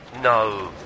No